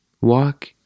Walk